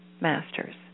masters